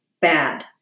bad